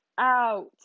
out